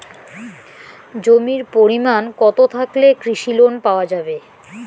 জমির পরিমাণ কতো থাকলে কৃষি লোন পাওয়া যাবে?